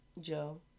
Joe